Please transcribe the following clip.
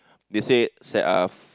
they said don't have